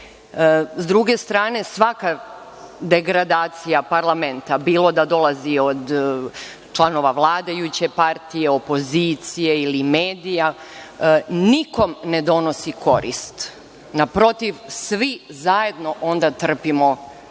druge strane, svaka degradacija parlamenta, bilo da dolazi od članova vladajuće partije, opozicije ili medija, nikom ne donosi korist. Naprotiv, svi zajedno onda trpimo štetu.